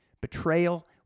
betrayal